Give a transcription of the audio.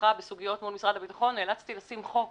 בסוגיות מול משרד הביטחון נאלצתי להגיש הצעת חוק